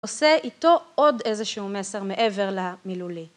עושה איתו עוד איזשהו מסר מעבר למילולי.